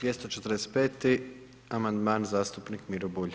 245. amandman zastupnik Miro Bulj.